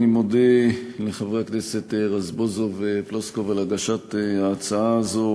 אני מודה לחברי הכנסת רזבוזוב ופלוסקוב על הגשת ההצעה הזו